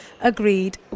agreed